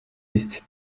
ist